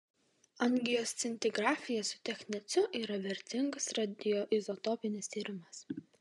angioscintigrafija su techneciu yra vertingas radioizotopinis tyrimas